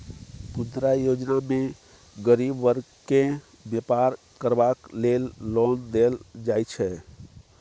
मुद्रा योजना मे गरीब बर्ग केँ बेपार करबाक लेल लोन देल जाइ छै